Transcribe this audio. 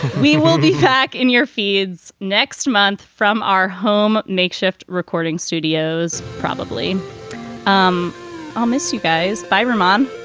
we will be back in your fields next month from our home. makeshift recording studios. probably um i'll miss you guys. bye, roman.